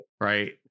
right